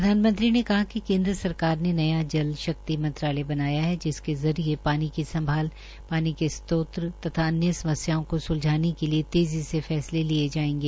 प्रधानमंत्री ने कहा कि केन्द्र सरकार ने न्या जल शक्ति मंत्रालय बनाया है जिसके जरिये पानी की संभाल पानी के स्त्रोत तथा अन्य समस्याओं को स्लझने के लिये तेजी से फैसले लिये जायेंगे